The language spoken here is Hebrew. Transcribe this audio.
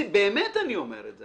באמת אני אומר את זה.